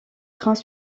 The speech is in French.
trains